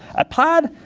at plaid,